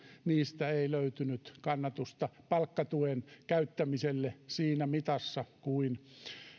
ei löytynyt kannatusta palkkatuen käyttämiselle siinä mitassa kuin